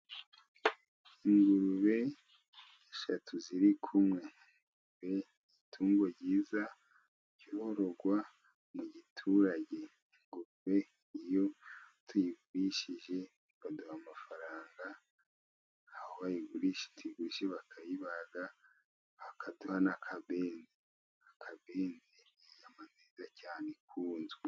Ingurube eshatu ziri kumwe itungo ryiza ryororwa mu giturage, ingurube iyo tuyigurishije baduha amafaranga, aho wayigurishirije bakayibaga bakaduha n'akabenzi, akabenzi n'inyama nziza cyane ikunzwe.